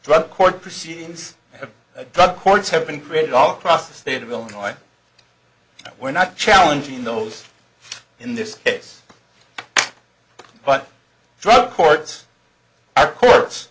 drug court proceedings drug courts have been created all across the state of illinois we're not challenging those in this case but drug courts are courts